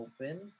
open